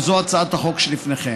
וזו הצעת החוק שלפניכם.